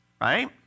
right